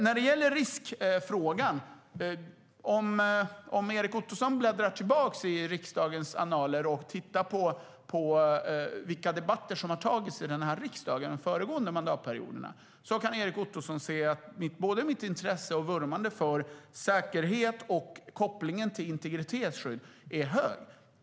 När det gäller riskfrågan kan Erik Ottoson bläddra tillbaka i riksdagens annaler och titta på vilka debatter som har förts här i riksdagen under de föregående mandatperioderna. Då kan han se att mitt intresse och vurmande för säkerhet är stort och kopplingen till integritetsskydd stark.